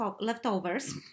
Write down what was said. leftovers